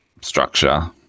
structure